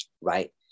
Right